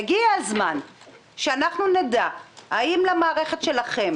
הגיע הזמן שאנחנו נדע האם למערכת שלכם